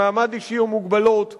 מעמד אישי או מוגבלות,